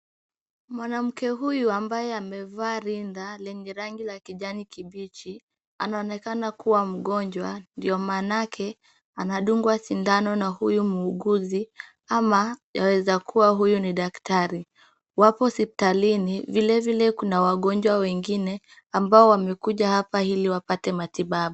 Mwanamke huyu ambaye amevaa linda lenye rangi la kijani kibichi. Anaonekana kuwa mgonjwa, ndio maanake, anadungwa sindano na huyu muuguzi, ama yaweza kuwa huyu ni daktari. Wapo hospitalini, vile vile kuna wagonjwa wengine ambao wamekuja hapa ili wapate matibabu.